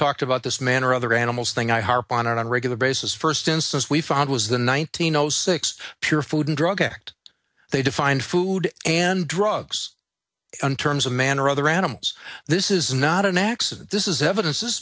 talked about this man or other animals thing i harp on on a regular basis first instance we found was the nineteen zero six pure food and drug addict they defined food and drugs in terms of man or other animals this is not an accident this is evidence this